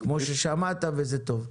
כמו ששמעת, וזה טוב.